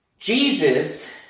Jesus